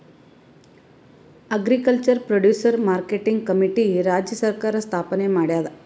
agriculture producer marketing committee ರಾಜ್ಯ ಸರ್ಕಾರ್ ಸ್ಥಾಪನೆ ಮಾಡ್ಯಾದ